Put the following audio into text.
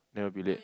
never be late